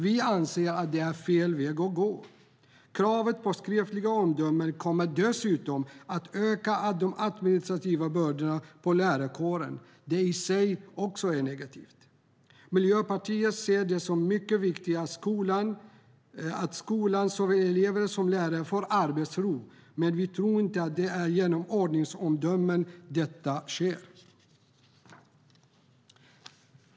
Vi anser att detta är fel väg att gå. Kravet på skriftliga ordningsomdömen kommer att öka de administrativa bördorna för lärarkåren. Det i sig är negativt. Miljöpartiet ser det som mycket viktigt att skolan - elever såväl som lärare - får arbetsro, men vi tror inte att det är genom ordningsomdömen detta sker.